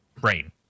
brain